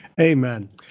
Amen